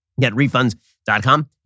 Getrefunds.com